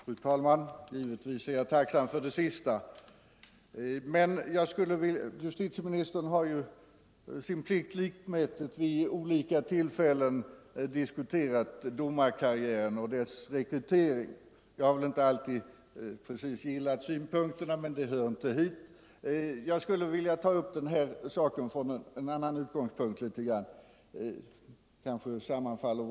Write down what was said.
Fru talman! Jag är givetvis tacksam för det sista justitieministern sade. Men justitieministern har vid olika tillfällen, sin plikt likmätigt, diskuterat domarkarriären och domarkårens rekrytering. Jag har inte alltid gillat hans synpunkter, men det hör inte hit. Jag skulle vilja ta upp den här frågan från en annan utgångspunkt, där vår uppfattning kanske sammanfaller.